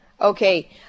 Okay